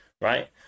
right